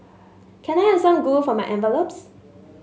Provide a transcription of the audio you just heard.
can I have some glue for my envelopes